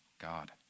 God